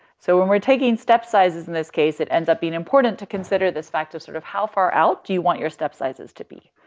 so when we're taking step sizes in this case, it ends up being important to consider this fact of sort of how far out do you want your step sizes to be.